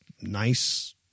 nice